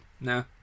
No